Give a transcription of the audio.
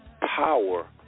power